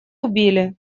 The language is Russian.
убили